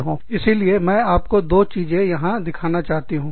इसीलिए मैं आपको दो चीजें यहां दिखाना चाहती हूं